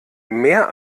mehr